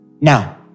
Now